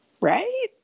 Right